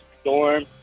storm